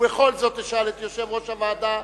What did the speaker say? ובכל זאת אשאל את יושב-ראש הוועדה: